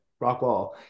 Rockwall